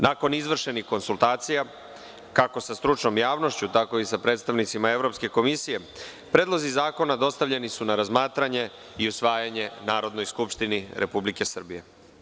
Nakon izvršenih konsultacija kako sa stručnom javnošću tako i sa predstavnicima Evropske komisije, predlozi zakona dostavljeni su na razmatranje i usvajanje Narodnoj skupštini Republike Srbije.